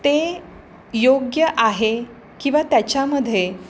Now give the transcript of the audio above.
ते योग्य आहे किंवा त्याच्यामध्ये